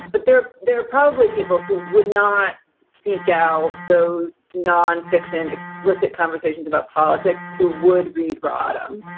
but they're they're probably people who would not seek out those nonfiction explicit conversations about politics, who would read rodham?